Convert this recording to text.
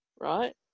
Right